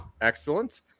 Excellent